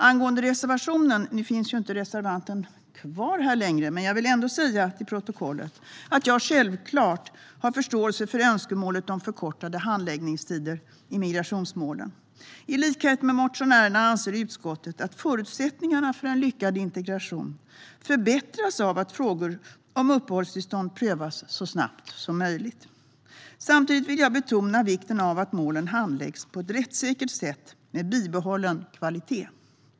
Angående reservationen - nu finns ju reservanten inte kvar här längre - vill jag till protokollet säga att jag självklart har förståelse för önskemålet om förkortade handläggningstider i migrationsmål. I likhet med motionärerna anser utskottet att förutsättningarna för en lyckad integration förbättras av att frågor om uppehållstillstånd prövas så snabbt som möjligt. Samtidigt vill jag betona vikten av att målen handläggs på ett rättssäkert sätt med bibehållen kvalitet.